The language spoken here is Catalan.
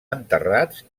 enterrats